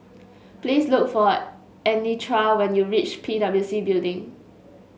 please look for Anitra when you reach P W C Building